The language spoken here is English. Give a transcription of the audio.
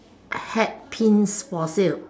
hat pins for sale